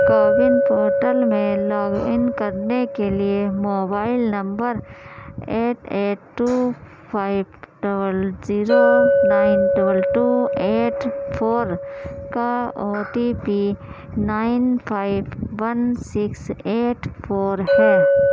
CoWIN portal میں log in کرنے کے لیے mobile number eight eight two five double zero nine double two eight four کا O T P nine five one six eight four ہے